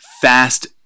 fast